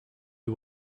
you